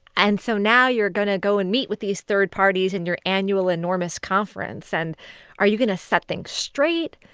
and so now you're going to go and meet with these third-parties at and your annual, enormous conference. and are you going to set things straight?